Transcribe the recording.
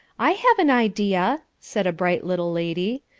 i have an idea, said a bright little lady.